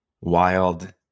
wild